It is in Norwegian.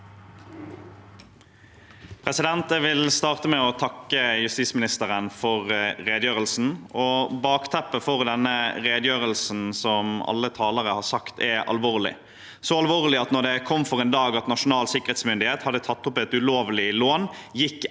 Jeg vil starte med å takke justisministeren for redegjørelsen. Bakteppet for redegjørelsen er, som alle talere har sagt, alvorlig – så alvorlig at da det kom for en dag at Nasjonal sikkerhetsmyndighet hadde tatt opp et ulovlig lån, gikk